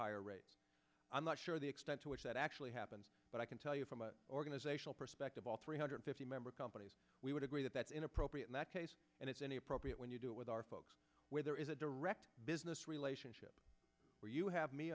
higher rates i'm not sure the extent to which that actually happens but i can tell you from a organizational perspective all three hundred fifty member companies we would agree that that's inappropriate in that case and it's any appropriate when you do it with our folks where there is a direct business relationship where you have me